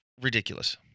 ridiculous